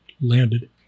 landed